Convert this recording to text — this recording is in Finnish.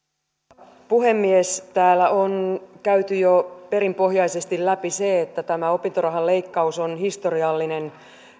arvoisa puhemies täällä on käyty jo perinpohjaisesti läpi se että tämä opintorahan leikkaus on historiallinen